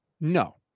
No